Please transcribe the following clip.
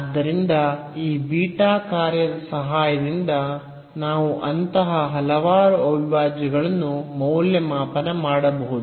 ಆದ್ದರಿಂದ ಈ ಬೀಟಾ ಕಾರ್ಯದ ಸಹಾಯದಿಂದ ನಾವು ಅಂತಹ ಹಲವಾರು ಅವಿಭಾಜ್ಯಗಳನ್ನು ಮೌಲ್ಯಮಾಪನ ಮಾಡಬಹುದು